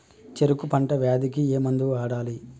చెరుకు పంట వ్యాధి కి ఏ మందు వాడాలి?